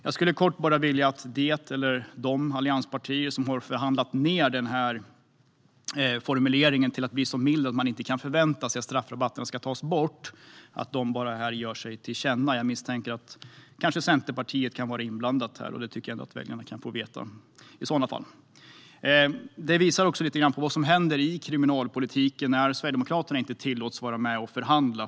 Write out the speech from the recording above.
Jag skulle kort bara vilja att det eller de allianspartier som har förhandlat ned formuleringen till att bli så mild att man inte kan förvänta sig att straffrabatterna ska tas bort ger sig till känna här. Jag misstänker att Centerpartiet kan vara inblandat, och det tycker jag att väljarna i så fall kan få veta. Detta visar lite på vad som händer i kriminalpolitiken när Sverigedemokraterna inte tillåts vara med och förhandla.